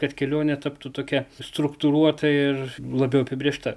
kad kelionė taptų tokia struktūruota ir labiau apibrėžta